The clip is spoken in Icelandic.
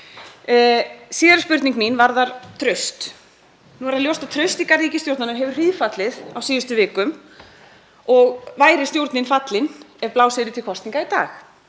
Síðari spurning mín varðar traust. Nú er það ljóst að traust í garð ríkisstjórnarinnar hefur hríðfallið á síðustu vikum og væri stjórnin fallin ef blásið væri til kosninga í dag.